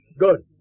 Good